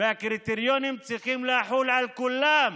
והקריטריונים צריכים לחול על כולם,